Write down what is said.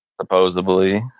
Supposedly